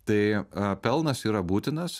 tai pelnas yra būtinas